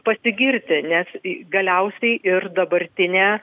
pasigirti nes galiausiai ir dabartinė